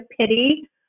pity